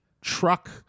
truck